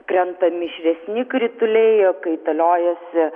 krenta mišresni krituliai jie kaitaliojasi